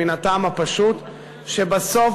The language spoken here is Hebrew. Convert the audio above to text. מן הטעם הפשוט שבסוף,